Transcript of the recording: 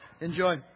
Enjoy